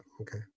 okay